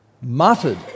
muttered